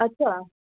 अच्छा